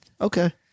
Okay